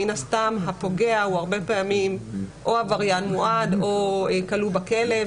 מן הסתם הפוגע הוא הרבה פעמים או עבריין מועד או כלוא בכלא,